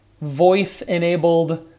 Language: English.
voice-enabled